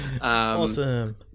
Awesome